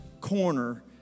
corner